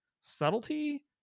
subtlety